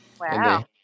Wow